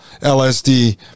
LSD